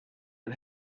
man